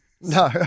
No